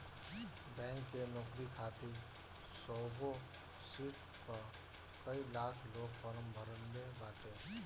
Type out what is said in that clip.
bank के नोकरी खातिर सौगो सिट पअ कई लाख लोग फार्म भरले बाटे